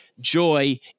joy